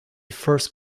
first